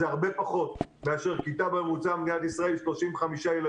זה הרבה פחות מאשר כיתה בממוצע במדינת ישראל 35 ילדים,